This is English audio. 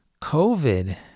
COVID